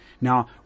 Now